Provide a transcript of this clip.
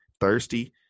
thirsty